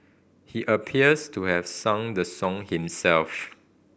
he appears to have sung the song himself